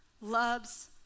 loves